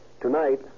Tonight